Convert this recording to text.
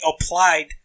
applied